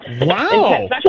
Wow